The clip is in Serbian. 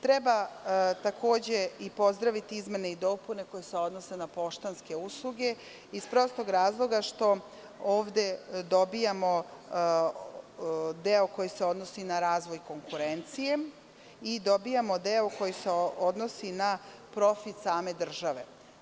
Takođe, treba pozdraviti izmene i dopune koje se odnose na poštanske usluge iz prostog razloga što ovde dobijamo deo koji se odnosi na razvoj konkurencije i dobijamo deo koji se odnosi na profit same države.